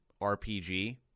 RPG